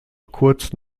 kurz